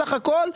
בסך הכול,